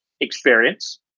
experience